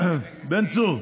בן צור,